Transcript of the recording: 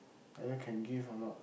whether can give or not